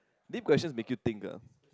deep questions make you think ah